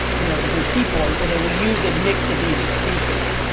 you know, good people. and so they will use a mix of these excuses.